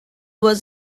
was